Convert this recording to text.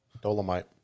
Dolomite